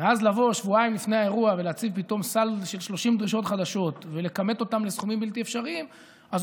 יבדוק אם דרישות המשטרה הגיוניות או